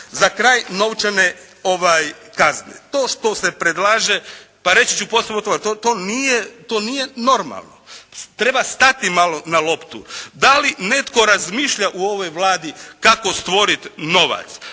Za kraj, novčane kazne. To što se predlaže pa reći ću posve otvoreno, to nije normalno. Treba stati malo na loptu. Da li netko razmišlja u ovoj Vladi kako stvoriti novac.